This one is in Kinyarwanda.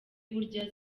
burya